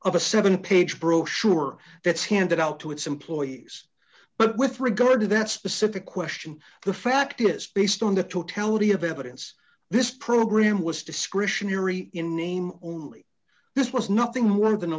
of a seven page brochure that's handed out to its employees but with regard to that specific question the fact is based on the totality of evidence this program was discretionary in name only this was nothing more than a